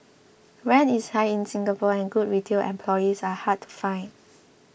rent is high in Singapore and good retail employees are hard to find